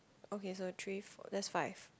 okay so three four that's five